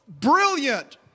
Brilliant